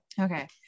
Okay